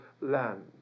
land